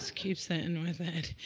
keep sitting with it.